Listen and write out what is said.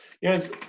Yes